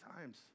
times